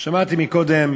שמעתי קודם